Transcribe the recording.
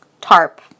tarp